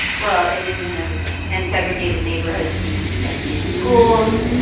well, it is in everything. and segregated neighborhoods means segregated schools.